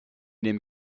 dem